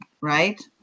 right